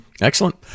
Excellent